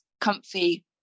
comfy